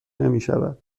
نمیشود